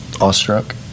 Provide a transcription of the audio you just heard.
awestruck